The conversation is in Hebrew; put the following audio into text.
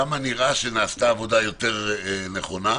שם נראה שנעשתה עבודה יותר נכונה,